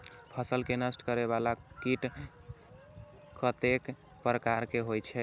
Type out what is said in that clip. फसल के नष्ट करें वाला कीट कतेक प्रकार के होई छै?